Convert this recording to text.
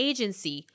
Agency